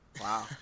Wow